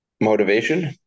Motivation